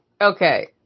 Okay